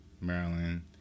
Maryland